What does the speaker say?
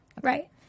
Right